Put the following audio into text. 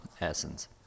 essence